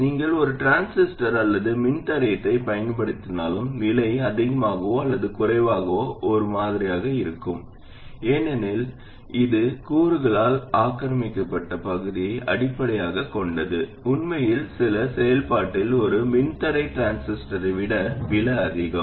நீங்கள் ஒரு டிரான்சிஸ்டர் அல்லது மின்தடையத்தைப் பயன்படுத்தினாலும் விலை அதிகமாகவோ அல்லது குறைவாகவோ ஒரே மாதிரியாக இருக்கும் ஏனெனில் இது கூறுகளால் ஆக்கிரமிக்கப்பட்ட பகுதியை அடிப்படையாகக் கொண்டது உண்மையில் சில செயல்பாட்டில் ஒரு மின்தடை டிரான்சிஸ்டரை விட விலை அதிகம்